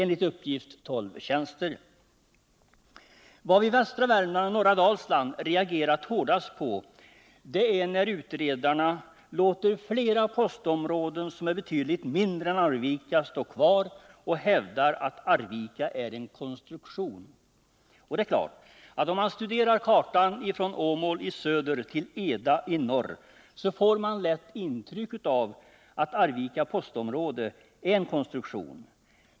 Vad vi i västra Värmland och norra Dalsland har reagerat hårdast på, det är när utredarna låter flera postområden, som är betydligt mindre än Arvika, stå kvar och hävdar att Arvika postområde är en konstruktion. Och om man studerar kartan från Åmål i söder till Eda i norr, så är det klart att man lätt får ett intryck av att Arvika postområde är en konstruktion.